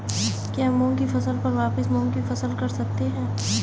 क्या मूंग की फसल पर वापिस मूंग की फसल कर सकते हैं?